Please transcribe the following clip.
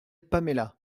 paméla